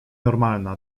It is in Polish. normalna